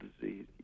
disease